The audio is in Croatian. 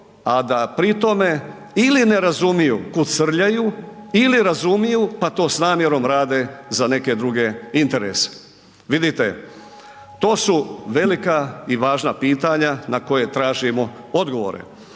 a da pri tome ili ne razumiju kud srljaju ili razumiju pa to s namjerom rade za neke druge interese. Vidite, to su velika i važna pitanja na koja tražimo odgovore.